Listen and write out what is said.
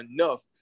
enough